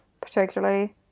particularly